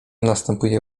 następuje